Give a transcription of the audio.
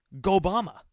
Obama